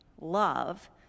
love